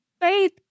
Faith